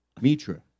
Mitra